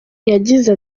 yagize